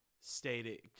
stated